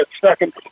second